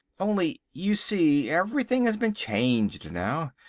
only, you see, everything has been changed now.